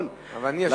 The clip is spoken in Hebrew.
אבל אני אשיב לך.